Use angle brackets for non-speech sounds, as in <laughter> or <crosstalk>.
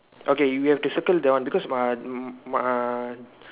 okay you have to circle that one because my mm <noise>